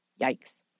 Yikes